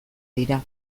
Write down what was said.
dira